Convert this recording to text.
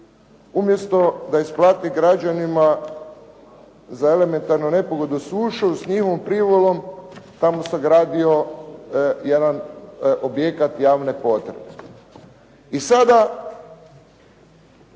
umjesto da isplati građanima za elementarnu nepogodu sušu s njihovom privolom tamo sagradio jedan objekat javne potrebe. I sada,